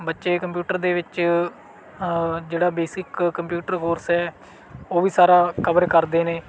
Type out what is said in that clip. ਬੱਚੇ ਕੰਪਿਊਟਰ ਦੇ ਵਿੱਚ ਜਿਹੜਾ ਬੇਸਿਕ ਕੰਪਿਊਟਰ ਕੋਰਸ ਹੈ ਉਹ ਵੀ ਸਾਰਾ ਕਵਰ ਕਰਦੇ ਨੇ